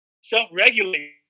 self-regulate